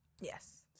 Yes